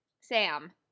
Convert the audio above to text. Sam